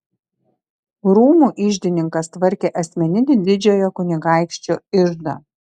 rūmų iždininkas tvarkė asmeninį didžiojo kunigaikščio iždą